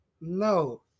No